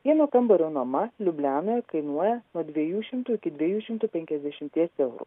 vieno kambario nuoma liublianoje kainuoja nuo dviejų šimtų iki dviejų šimtų penkiasdešimties eurų